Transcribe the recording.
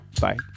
Bye